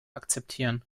akzeptieren